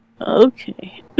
okay